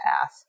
path